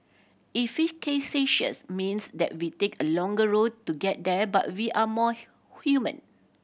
efficacious means that we take a longer route to get there but we are more human